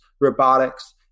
robotics